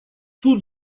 тут